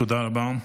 תודה רבה.